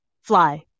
fly